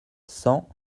cent